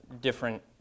different